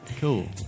Cool